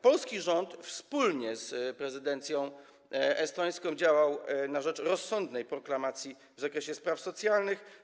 Polski rząd wspólnie z prezydencją estońską działał na rzecz rozsądnej proklamacji w zakresie spraw socjalnych.